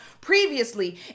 previously